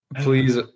Please